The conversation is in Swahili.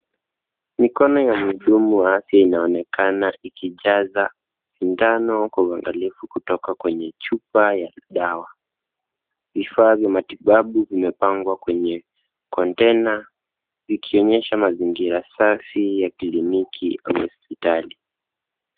Mikono ya mhudumu wa afya inaonekana ikijaza sindano kwa uangalifu kutoka kwenye chupa ya dawa. Vifaa vya matibabu vimepangwa kwenye kontena vikionyesha mazingira safi ya kliniki au hospitali.